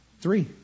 Three